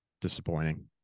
disappointing